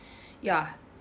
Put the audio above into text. ya